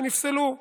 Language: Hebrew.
שנפסלו,